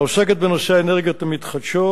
העוסקת בנושא האנרגיות המתחדשות,